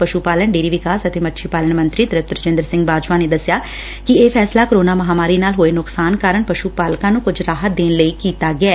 ਪਸ਼ੁ ਪਾਲਣ ਡੇਅਰੀ ਵਿਕਾਸ ਅਤੇ ਮੱਛੀ ਪਾਲਣ ਮੰਤਰੀ ਤ੍ਰਿਪਤ ਰਜੰਦਰ ਸਿੰਘ ਬਾਜਵਾ ਨੇ ਦਸਿਆ ਕਿ ਇਹ ਫ਼ੈਸਲਾ ਕਰੋਨਾ ਮਹਾਮਾਰੀ ਨਾਲ ਹੋਏ ਨੁਕਸਾਨ ਕਾਰਨ ਪਸ਼ੁ ਪਾਲਕਾਂ ਨੂੰ ਕੁਝ ਰਾਹਤ ਦੇਣ ਲਈ ਕੀਤੈ